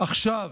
עכשיו